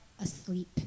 asleep